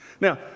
Now